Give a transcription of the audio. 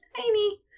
tiny